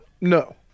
No